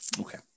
Okay